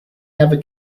never